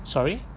sorry